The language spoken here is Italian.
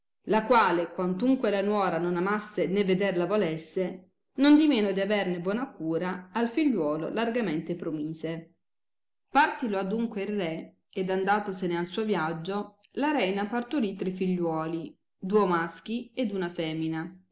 la quale quantunque la nuora non amasse né veder la volesse nondimeno di averne buona cura al figliuolo largamente promise partilo adunque il re ed andatosene al suo viaggio la reina parturì tre figliuoli duo maschi ed uua femina